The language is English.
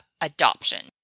adoption